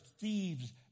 thieves